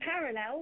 parallel